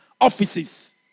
offices